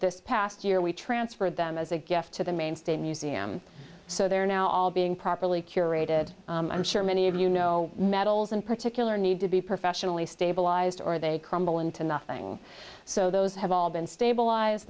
this past year we transferred them as a gift to the main state museum so they're now all being properly curated i'm sure many of you know metals in particular need to be professionally stabilized or they crumble into nothing so those have all been stabilize